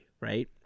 right